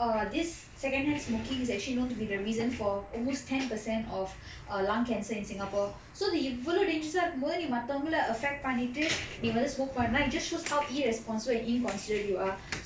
err this secondhand smoking is actually known to be the reason for almost ten per cent of err lung cancer in singapore so இது இவ்வளவு:ithu ivvalavu dangerous ah இருக்கும் போது நீ மத்தவங்கல:irukkum pothu nee mathavangala affect பண்ணிட்டு நீ வந்து:pannittu nee vanthu smoke பண்ணன்னா:pannanna it just shows how irresponsible and inconsiderate you are